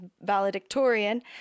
valedictorian